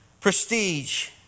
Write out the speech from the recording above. prestige